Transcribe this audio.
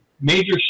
major